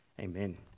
Amen